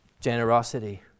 generosity